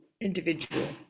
individual